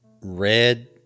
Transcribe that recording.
red